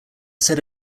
set